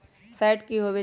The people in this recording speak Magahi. फैट की होवछै?